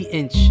inch